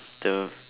the